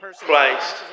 Christ